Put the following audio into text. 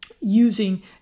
using